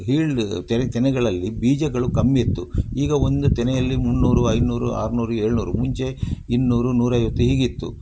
healed ತೆನೆ ತೆನೆಗಳಲ್ಲಿ ಬೀಜಗಳು ಕಮ್ಮಿ ಇತ್ತು ಈಗ ಒಂದು ತೆನೆಯಲ್ಲಿ ಮುನ್ನೂರು ಐನೂರು ಆರ್ನೂರು ಏಳು ನೂರು ಮುಂಚೆ ಇನ್ನೂರು ನೂರೈವತ್ತು ಹೀಗಿತ್ತು